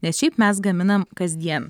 nes šiaip mes gaminam kasdien